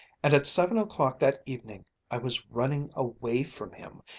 and at seven o'clock that evening i was running away from him,